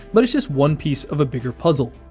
but it's just one piece of a bigger puzzle.